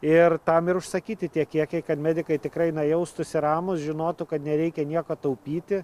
ir tam ir užsakyti tie kiekiai kad medikai tikrai jaustųsi ramūs žinotų kad nereikia nieko taupyti